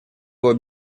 его